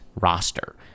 roster